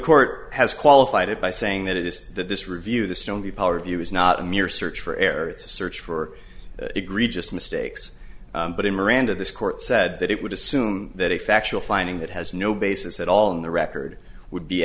court has qualified it by saying that it is that this review the stone the power of you is not a mere search for error it's a search for egregious mistakes but in miranda this court said that it would assume that a factual finding that has no basis at all in the record would be